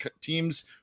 teams